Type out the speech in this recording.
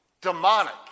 demonic